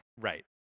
Right